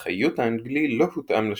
אך האיות האנגלי לא הותאם לשינויים,